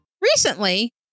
Recently